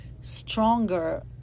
Stronger